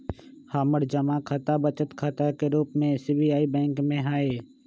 हमर जमा खता बचत खता के रूप में एस.बी.आई बैंक में हइ